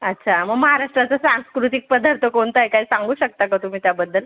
अच्छा मग महाराष्ट्राचं सांस्कृतिक पदार्थ कोणता आहे काही सांगू शकता का तुम्ही त्याबद्दल